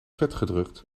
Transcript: vetgedrukt